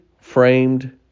framed